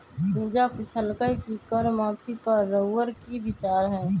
पूजा पुछलई कि कर माफी पर रउअर कि विचार हए